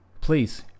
please